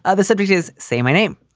ah the subject is say my name,